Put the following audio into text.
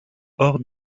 hors